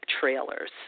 trailers